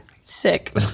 Sick